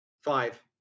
Five